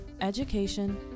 education